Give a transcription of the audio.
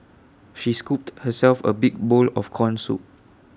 she scooped herself A big bowl of Corn Soup